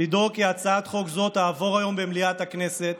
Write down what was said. לדאוג כי הצעת חוק זאת תעבור היום במליאת הכנסת